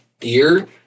year